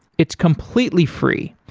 it's completely free,